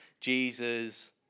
Jesus